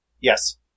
Yes